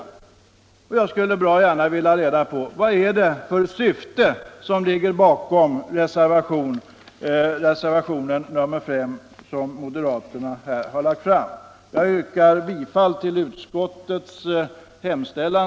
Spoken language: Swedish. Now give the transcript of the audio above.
Jag skulle bra gärna vilja ha reda på vad det är för syfte bakom moderaternas reservation 5. Herr talman! Jag yrkar bifall till utskottets hemställan.